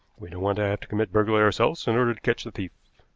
we don't want to have to commit burglary ourselves in order to catch the thief.